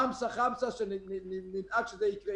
חמסה נדאג שזה יקרה.